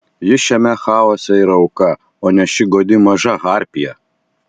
ji šiame chaose yra auka o ne ši godi maža harpija